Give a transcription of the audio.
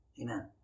Amen